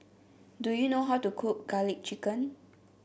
do you know how to cook garlic chicken